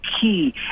key